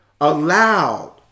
allowed